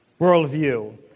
worldview